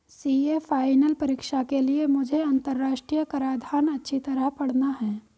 CA final परीक्षा के लिए मुझे अंतरराष्ट्रीय कराधान अच्छी तरह पड़ना है